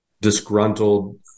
disgruntled